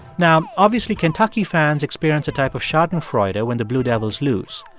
now, obviously, kentucky fans experience a type of schadenfreude ah when the blue devils lose.